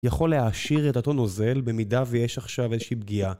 ‫יכול להעשיר את אותו נוזל ‫במידה ויש עכשיו איזושהי פגיעה.